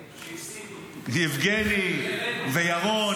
שהפסידו ------ יבגני וירון,